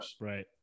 right